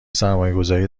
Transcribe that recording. سرمایهگذاری